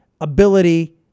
ability